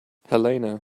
helena